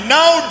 Now